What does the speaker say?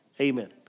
Amen